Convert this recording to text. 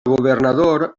governador